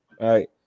Right